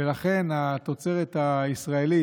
ולכן התוצרת הישראלית,